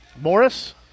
Morris